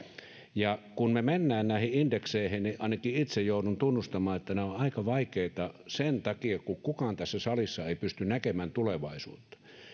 ja kun me menemme näihin indekseihin niin ainakin itse joudun tunnustamaan että nämä ovat aika vaikeita sen takia kun kukaan tässä salissa ei pysty näkemään tulevaisuuteen